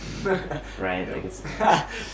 Right